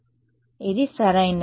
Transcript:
కాబట్టి ఇది సరైనది